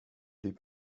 les